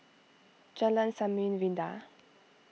Jalan Samarinda